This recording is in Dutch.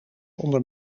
onder